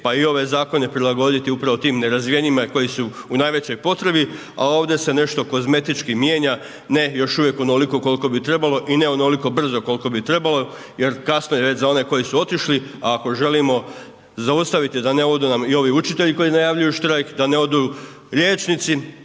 pa i ove zakone prilagoditi upravo tim nerazvijenijima, koji su u najvećim potrebi, a ovdje se nešto kozmetički mijenja, ne još uvijek onoliko koliko bi trebalo i ne onoliko brzo koliko bi trebalo, jer kasno je za one koji su otišli, a ako želimo zaustaviti da ne odu nam i ovi učitelji, koji najavljuju štrajk, da ne odu liječnici,